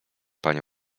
panie